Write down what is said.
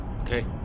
Okay